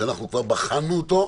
שאנחנו כבר בחנו אותו.